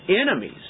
enemies